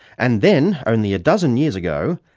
and then, only a dozen years ago,